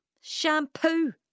Shampoo